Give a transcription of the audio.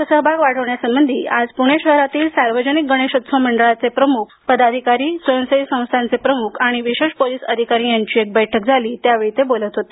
लोकसहभाग वाढविण्यासंबंधी आज पुणे शहरातील सार्वजनिक गणेशोत्सव मंडळाचे प्रमुख पदाधिकारी स्वयंसेवी संस्थांचे प्रमुख तसेच विशेष पोलीस अधिकारी यांची एक बैठक आज झाली त्यावेळी ते बोलत होते